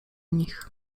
nich